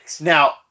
Now